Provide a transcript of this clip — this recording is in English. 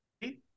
hey